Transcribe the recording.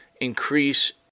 increase